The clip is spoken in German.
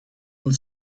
und